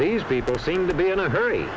these people seem to be in a hurry